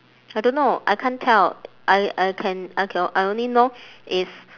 I don't know I can't tell I I can I can I only know is